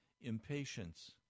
Impatience